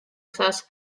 osas